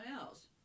else